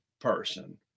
person